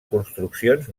construccions